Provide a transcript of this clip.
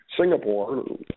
Singapore